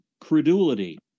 credulity